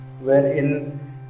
wherein